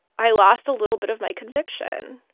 i lost a little bit of my conviction.